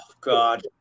God